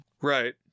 Right